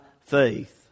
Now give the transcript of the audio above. faith